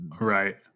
right